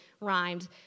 rhymed